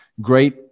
great